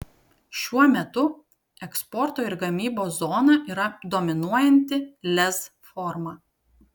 šiuo metu eksporto ir gamybos zona yra dominuojanti lez forma